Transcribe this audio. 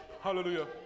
Hallelujah